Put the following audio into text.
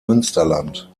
münsterland